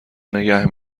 نگه